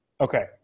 Okay